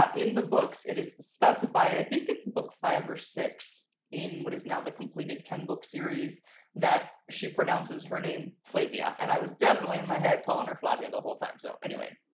um in the books it is specified i think it's a book five or six in what is now the completed ten book series that she pronounces her name flay-via and i was definitely in my head calling her flavia the whole time. so anyway,